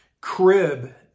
crib